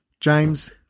James